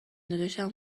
داداشم